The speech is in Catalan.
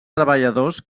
treballadors